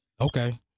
okay